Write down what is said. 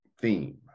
theme